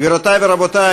גבירותי ורבותי,